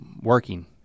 working